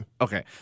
Okay